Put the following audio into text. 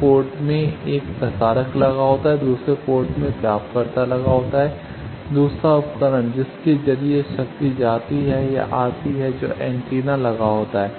port एक में प्रसारक लगा होता है दूसरे पोर्ट में प्राप्तकर्ता लगा होता है दूसरा उपकरण जिसके जरिए शक्ति जाती है या आती है जो एंटीना लगा होता है